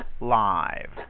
live